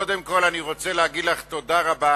קודם כול אני רוצה להגיד לך תודה רבה,